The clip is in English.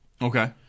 Okay